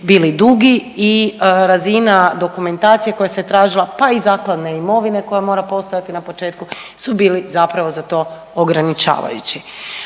bili dugi i razina dokumentacije koja se tražila, pa i zakladne imovine koja mora postojati na početku, su bili zapravo zato ograničavajući.